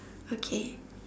okay